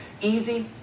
Easy